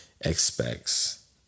expects